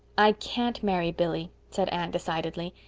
i can't marry billy, said anne decidedly.